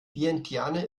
vientiane